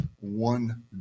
one